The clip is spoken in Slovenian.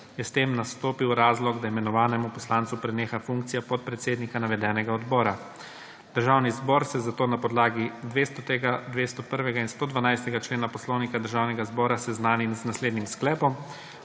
je s tem nastopil razlog, da imenovanemu poslancu preneha funkcija podpredsednika navedenega odbora. Državni zbor se zato na podlagi 200., 201. in 112. člena Poslovnika Državnega zbora seznani z naslednjim sklepom: